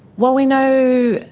well, we know,